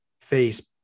face